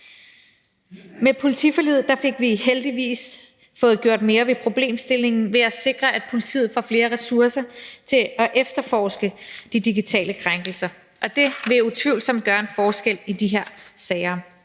Med politiforliget har vi heldigvis fået gjort mere ved problemstillingen ved at sikre, at politiet fik flere ressourcer til at efterforske de digitale krænkelser, og det vil utvivlsomt gøre en forskel i de her sager.